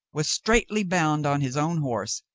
was straitly bound on his own horse,